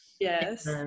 Yes